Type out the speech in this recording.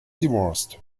divorced